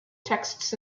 texts